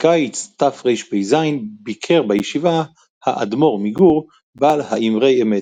בקיץ תרפ"ז ביקר בישיבה האדמו"ר מגור בעל ה"אמרי אמת".